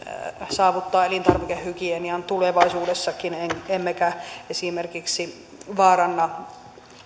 saavuttaa elintarvikehygienian tulevaisuudessakin emmekä esimerkiksi vaaranna